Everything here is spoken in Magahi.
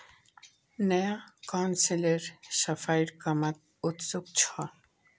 नया काउंसलर सफाईर कामत उत्सुक छ